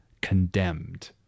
condemned